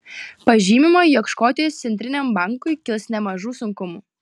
pažymima jog škotijos centriniam bankui kils nemažų sunkumų